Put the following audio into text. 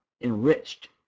enriched